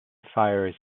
fires